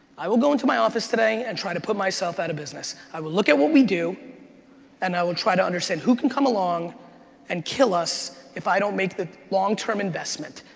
i will go into my office today and try to put myself out of business. i will look at what we do and i will try to understand who can come along and kill us if i don't make the long-term investment.